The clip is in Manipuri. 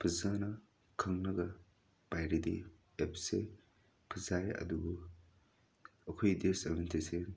ꯐꯖꯅ ꯈꯪꯂꯒ ꯄꯥꯏꯔꯗꯤ ꯑꯦꯞꯁꯦ ꯐꯖꯩ ꯑꯗꯨꯕꯨ ꯑꯩꯈꯣꯏ ꯗꯤꯁꯑꯦꯠꯕꯥꯟꯇꯦꯖꯁꯦ